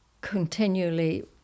Continually